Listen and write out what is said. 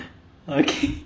okay